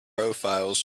profiles